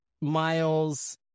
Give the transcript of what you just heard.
miles